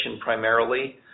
primarily